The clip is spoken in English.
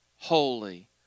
holy